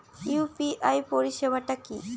UPI পরিসেবাটা কি?